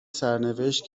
سرنوشت